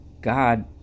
God